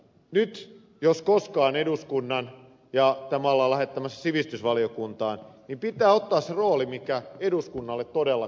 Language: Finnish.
nyt jos koskaan eduskunnan ja tämä ollaan lähettämässä sivistysvaliokuntaan pitää ottaa se rooli mikä eduskunnalle todella kuuluu